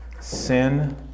Sin